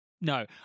no